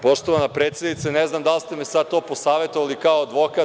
Poštovana predsednice, ne znam da li ste me to sada posavetovali kao advokat.